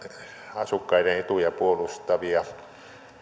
asukkaiden etuja puolustavia